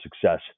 success